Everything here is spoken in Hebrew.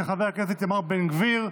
של חבר הכנסת איתמר בן גביר.